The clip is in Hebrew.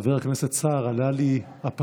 חבר הכנסת סער, כשדיברת עלה לי הפסוק: